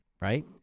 right